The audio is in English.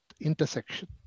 intersection